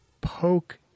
poke